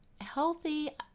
healthy